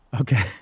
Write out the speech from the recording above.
Okay